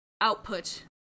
output